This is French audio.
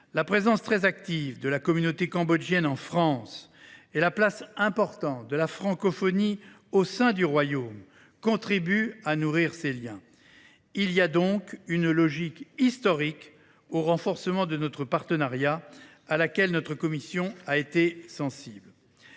La présence très active de la communauté cambodgienne en France et la place importante de la francophonie au sein du royaume contribuent à nourrir ces liens. Il y a donc une logique historique au renforcement de notre partenariat, à laquelle notre commission a été sensible.